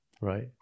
right